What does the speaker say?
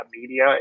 media